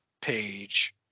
page